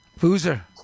Boozer